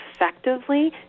effectively